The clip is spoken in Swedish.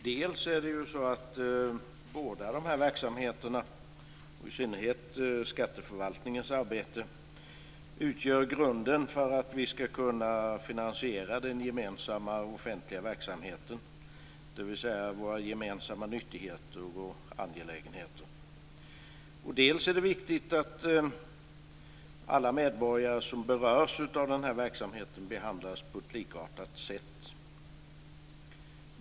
Dels är det så att båda dessa verksamheter - i synnerhet skatteförvaltningens arbete - utgör grunden för att vi ska kunna finansiera den gemensamma, offentliga verksamheten, dvs. våra gemensamma nyttigheter och angelägenheter. Dels är det viktigt att alla medborgare som berörs av verksamheten behandlas på ett likartat sätt.